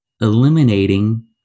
eliminating